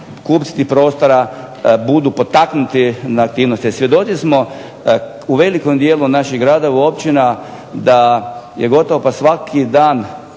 kupci prostora budu potaknuti na aktivnosti. Svjedoci smo u velikom dijelu naših gradova, općina da je gotovo pa svaki dan